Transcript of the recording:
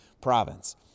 province